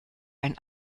ein